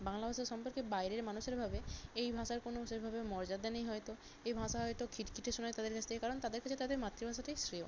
বাংলা ভাষার সম্পর্কে বাইরের মানুষেরা ভাবে এই ভাষার কোনো সেভাবে মর্যাদা নেই হয়তো এ ভাষা হয়তো খিটখিটে শোনায় তাদের কাছ থেকে কারণ তাদের কাছে তাদের মাতৃভাষাটাই শ্রেয়